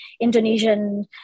Indonesian